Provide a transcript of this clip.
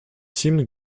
seemed